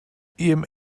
ems